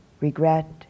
regret